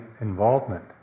involvement